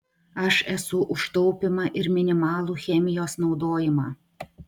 aš esu už taupymą ir minimalų chemijos naudojimą